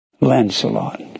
Lancelot